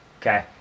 Okay